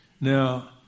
Now